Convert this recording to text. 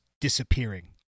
disappearing